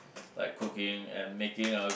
like cooking and making a